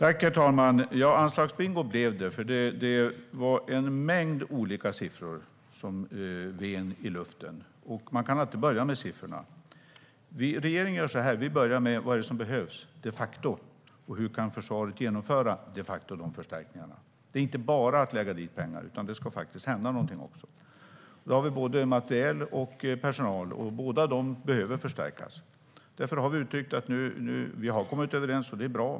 Herr talman! Anslagsbingo blev det, för det var en mängd olika siffror som ven i luften. Man kan alltid börja med siffrorna. Regeringen börjar med vad som de facto behövs och hur försvaret de facto kan genomföra förstärkningarna. Det är inte bara att lägga dit pengar, utan det ska faktiskt hända något också. Det handlar om både materiel och personal, och båda behöver förstärkas. Vi har kommit överens, och det är bra.